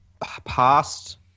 Past